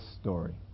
story